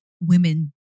women